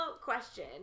question